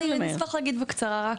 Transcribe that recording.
אני אשמח להגיד בקצרה רק.